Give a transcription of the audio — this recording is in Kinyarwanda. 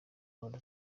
amanota